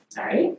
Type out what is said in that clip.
Sorry